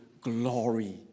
glory